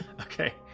okay